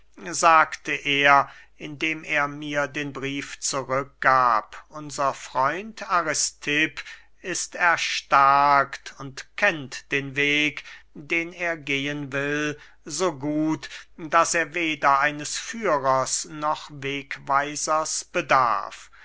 sagte er indem er mir den brief zurück gab unser freund aristipp ist erstarkt und kennt den weg den er gehen will so gut daß er weder eines führers noch wegweisers bedarf